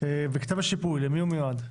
כתב השיפוי, למי הוא מיועד?